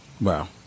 Wow